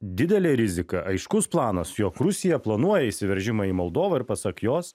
didelė rizika aiškus planas jog rusija planuoja įsiveržimą į moldovą ir pasak jos